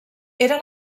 era